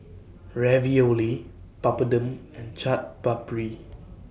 Ravioli Papadum and Chaat Papri